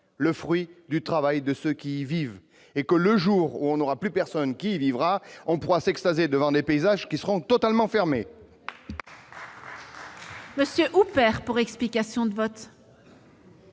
le fruit du travail de ceux qui y vivent. Le jour où plus personne n'y vivra, on pourra s'extasier devant des paysages qui seront totalement vides